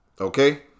Okay